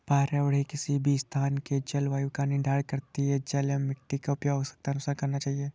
पर्यावरण ही किसी भी स्थान के जलवायु का निर्धारण करती हैं जल एंव मिट्टी का उपयोग आवश्यकतानुसार करना चाहिए